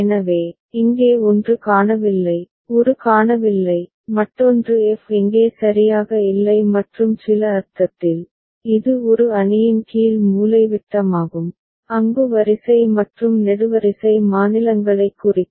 எனவே இங்கே ஒன்று காணவில்லை ஒரு காணவில்லை மற்றொன்று f இங்கே சரியாக இல்லை மற்றும் சில அர்த்தத்தில் இது ஒரு அணியின் கீழ் மூலைவிட்டமாகும் அங்கு வரிசை மற்றும் நெடுவரிசை மாநிலங்களைக் குறிக்கும்